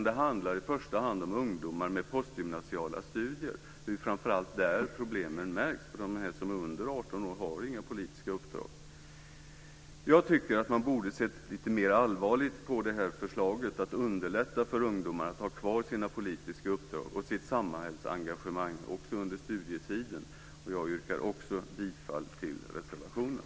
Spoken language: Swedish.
Det handlar i första hand om ungdomar som bedriver postgymnasiala studier. Det är framför allt där problemen märks, för de som är under 18 år har inga politiska uppdrag. Jag tycker att man borde ha sett lite mer allvarligt på förslaget att underlätta för ungdomar att ha kvar sina politiska uppdrag och sitt samhällsengagemang också under studietiden. Jag yrkar också bifall till reservationen.